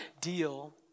deal